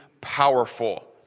powerful